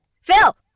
Phil